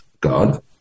God